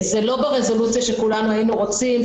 זה לא ברזולוציה שכולנו היינו רוצים,